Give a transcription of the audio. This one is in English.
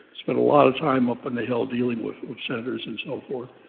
spent a lot of time up on the hill dealing with senators and so forth.